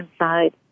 inside